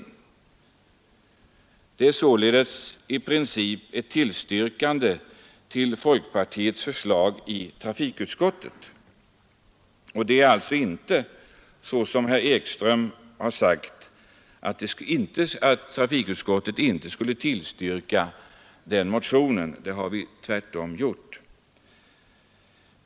Detta innebär i princip ett tillstyrkande av folkpartiets förslag, och det förhåller sig alltså inte så som herr Ekström gör gällande, att trafikutskottet inte skulle ha tillstyrkt denna motion. Det har vi tvärtom gjort.